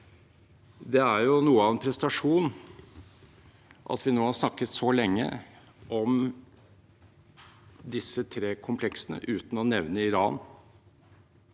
Det er jo noe av en prestasjon at vi nå har snakket så lenge om disse tre kompleksene uten å nevne Iran.